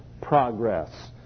progress